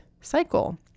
cycle